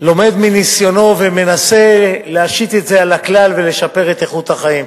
לומד מניסיונו ומנסה להשית את זה על הכלל ולשפר את איכות החיים.